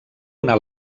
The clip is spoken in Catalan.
una